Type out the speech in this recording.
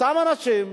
אותם אנשים,